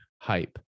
hype